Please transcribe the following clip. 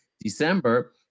December